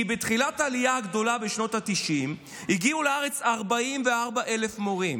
כי בתחילת העלייה הגדולה בשנות התשעים הגיעו לארץ 44,000 מורים